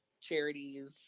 charities